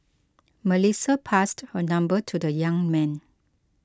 Melissa passed her number to the young man